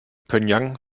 pjöngjang